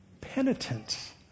Penitent